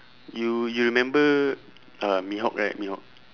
you you remember uh mihawk right mihawk